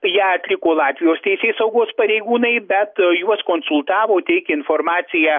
ją atliko latvijos teisėsaugos pareigūnai bet juos konsultavo teikė informaciją